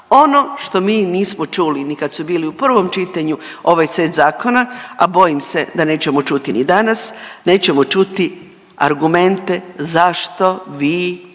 Ono što mi nismo čuli ni kad su bili u prvom čitanju ovaj set zakona, a bojim se da nećemo čuti ni danas, nećemo čuti argumente zašto vi idete